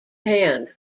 hand